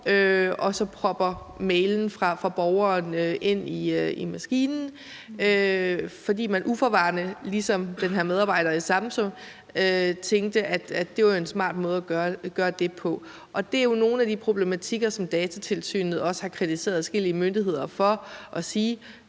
og så propper mailen fra borgeren ind i maskinen, fordi man uforvarende ligesom den her medarbejder i Samsung tænkte, at det var en smart måde at gøre det på. Det er jo nogle af de problematikker, som Datatilsynet også har kritiseret adskillige myndigheder for – og